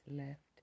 left